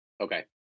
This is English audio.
Okay